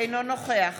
אינו נוכח